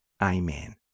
Amen